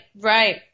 right